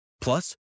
Plus